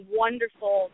wonderful